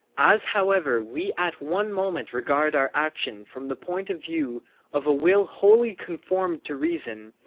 as however we at one moment regard our action from the point of view of a will wholly conformed to reason,